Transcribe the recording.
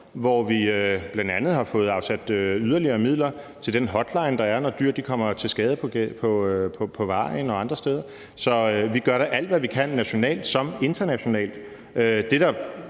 hvor vi bl.a. har fået afsat yderligere midler til den hotline, der er, når dyr kommer til skade på vejene og andre steder. Så vi gør da alt, hvad vi kan, nationalt som internationalt.